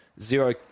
zero